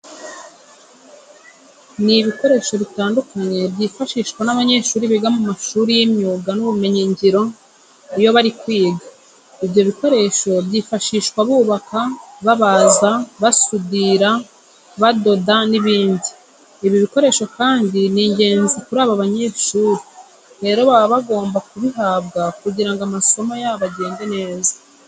Ni ibikoresho bitandukanye byifashishwa n'abanyeshuri biga mu mashuri y'imyuga n'ubumenyingiro iyo bari kwiga. Ibyo bikoresho byifashishwa bubaka, babaza, basudira, badoda n'ibindi. Ibi bikoresho kandi n'ingenzi kuri aba banyeshuri, rero baba bagomba kubihabwa kugira ngo amasomo yabo agende neza.